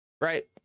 Right